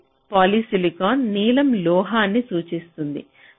ఎరుపు పాలిసిలికాన్ను నీలం లోహాన్ని సూచిస్తుంది